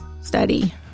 study